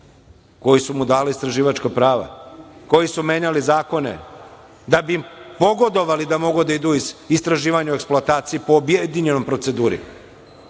koji su mu dali istraživačka prava, koji su menjali zakoni da bi mogli da idu u istraživanja, u eksploataciju po objedinjenoj proceduri.